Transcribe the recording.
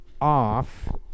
off